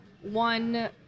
one